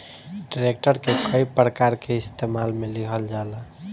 tractor के कई प्रकार के इस्तेमाल मे लिहल जाला